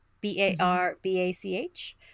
B-A-R-B-A-C-H